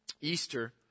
Easter